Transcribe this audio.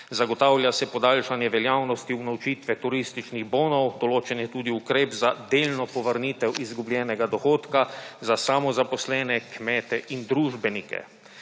Zagotavlja se podaljšanje veljavnosti unovčitve turističnih bonov. Določen je tudi ukrep za delno povrnitev izgubljenega dohodka za samozaposlene, kmete in družbenike.